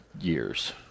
years